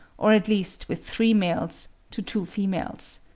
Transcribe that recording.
or at least with three males to two females.